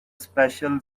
special